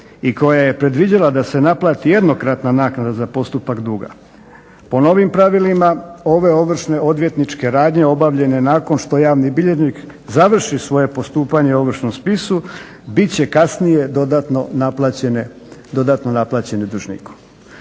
i koja je predviđala da se naplati jednokratna naknada za postupak duga. Po novim pravilima ove ovršne odvjetničke radnje obavljene nakon što javni bilježnik završi svoje postupanje o ovršnom spisu biti će kasnije dodatno naplaćene, dodatno